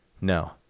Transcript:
No